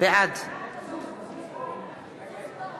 בעד אורי מקלב,